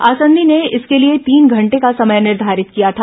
आसंदी ने इसके लिए तीन घंटे का समय निर्धारित किया था